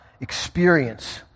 experience